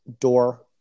door